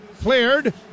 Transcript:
cleared